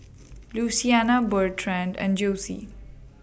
Luciana Bertrand and Josie